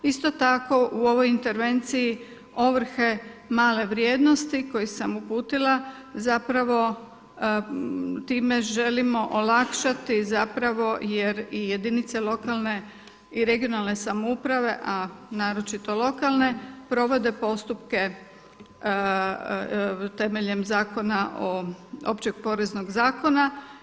Isto tako u ovoj intervenciji ovrhe male vrijednosti koji sam uputila zapravo time želimo olakšati jer jedinice lokalne i regionalne samouprave, a naročito lokalne provode postupke temeljem Općeg poreznog zakona.